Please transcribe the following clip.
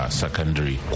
secondary